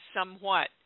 somewhat